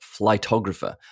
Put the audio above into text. Flightographer